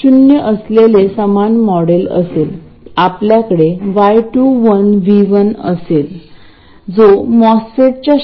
RL हे जे काही होईल अशा प्रत्येक गोष्टीचे प्रतिनिधित्व आहे ते फिजिकल रेजिस्टर असू शकत नाही म्हणून ते एका बाजूने ग्राउंड केले आहे